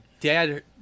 Dad